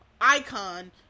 icon